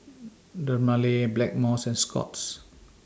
Dermale Blackmores and Scott's